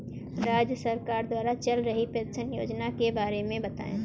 राज्य सरकार द्वारा चल रही पेंशन योजना के बारे में बताएँ?